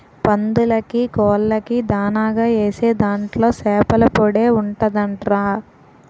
పందులకీ, కోళ్ళకీ దానాగా ఏసే దాంట్లో సేపల పొడే ఉంటదంట్రా